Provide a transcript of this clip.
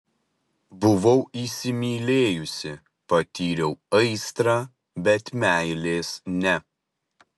buvau įsimylėjusi patyriau aistrą bet meilės ne